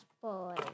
boy